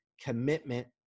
commitment